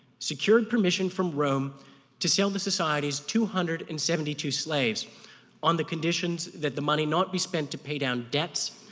secured permission from rome to sell the society's two hundred and seventy two slaves on the conditions that the money not be spent to pay down debts,